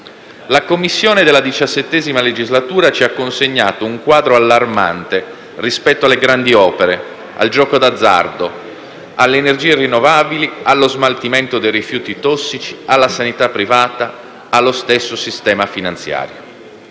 La Commissione antimafia della XVII legislatura ci ha consegnato un quadro allarmante rispetto alle grandi opere, al gioco di azzardo, alle energie rinnovabili, allo smaltimento dei rifiuti tossici, alla sanità privata, allo stesso sistema finanziario.